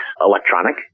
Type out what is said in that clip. electronic